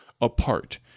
apart